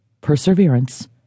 perseverance